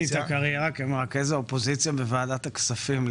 התחלתי את הקריירה כמרכז האופוזיציה בוועדת הכספים,